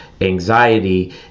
anxiety